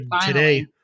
today